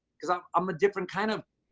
because i'm i'm a different kind of,